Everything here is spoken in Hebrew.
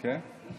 כן?